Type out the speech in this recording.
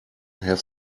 have